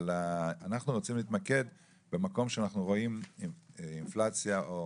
אבל אנחנו רוצים להתמקד במקום שאנחנו רואים בו אינפלציה או